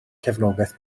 cefnogaeth